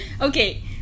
Okay